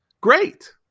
great